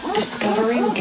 discovering